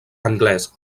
anglès